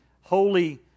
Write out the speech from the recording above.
holy